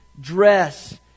dress